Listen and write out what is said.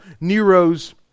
Nero's